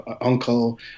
uncle